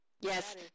Yes